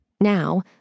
Now